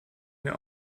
mir